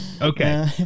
Okay